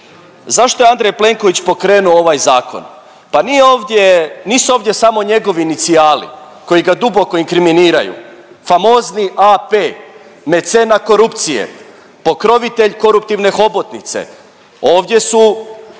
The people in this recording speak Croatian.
Zašto je Andrej Plenković pokrenuo ovaj zakon? Pa nije ovdje, nisu ovdje samo njegovi inicijali koji ga duboko inkriminiraju. Famozni AP, mecena korupcije, pokrovitelj koruptivne hobotnice, ovdje su